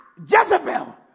Jezebel